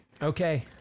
Okay